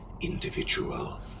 individual